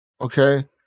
okay